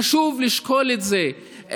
חשוב לשקול את זה,